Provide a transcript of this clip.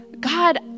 God